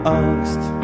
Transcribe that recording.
angst